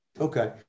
Okay